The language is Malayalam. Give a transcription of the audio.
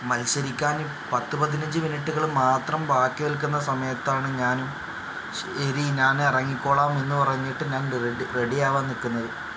മത്സരിക്കാൻ പത്ത് പതിനഞ്ച് മിനിറ്റുകൾ മാത്രം ബാക്കി നിൽക്കുന്ന സമയത്താണ് ഞാനും ശരി ഞാൻ ഇറങ്ങിക്കോളാം എന്ന് പറഞ്ഞിട്ട് ഞാൻ റെഡ റെഡി ആകാൻ നിൽക്കുന്നത്